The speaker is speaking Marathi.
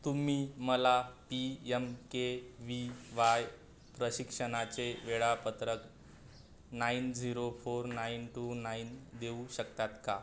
तुम्ही मला P M K V Y प्रशिक्षणाचे वेळापत्रक nine zero four nine two nine देऊ शकतात का